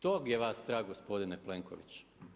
Tog je vas strah gospodine Plenković.